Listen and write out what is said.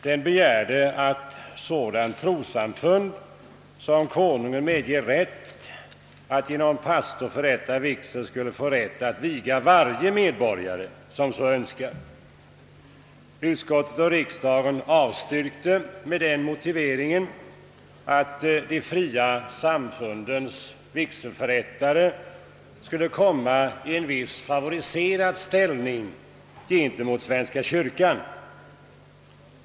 De begärde att sådant trossamfund, som Konungen medger rätt att genom pastor förrätta vigsel, skulle få rätt att viga varje medborgare som så önskade. Utskottet och riksdagen avvisade förslaget med den motiveringen, att de fria samfundens vigselförrättare skulle komma i en favoriserad ställning gentemot svenska kyrkans.